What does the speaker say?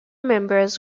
members